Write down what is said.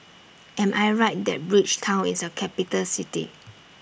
Am I Right that Bridgetown IS A Capital City